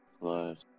plus